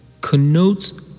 connotes